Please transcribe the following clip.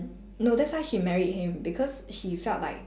no that's why she married him because she felt like